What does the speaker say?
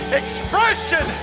expression